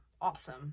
awesome